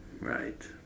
Right